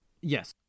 Yes